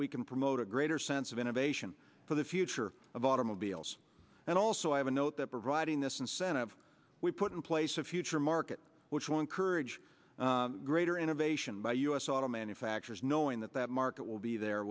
we can promote a greater sense of innovation for the future of automobiles and also have a note that providing this incentive we put in place a future market which will encourage greater innovation by us auto manufacturers knowing that that market will be there